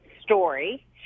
story